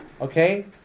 Okay